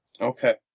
Okay